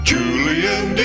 Julian